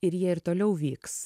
ir jie ir toliau vyks